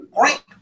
great